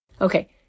Okay